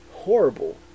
Horrible